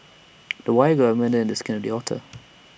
the wire got embedded in the skin of the otter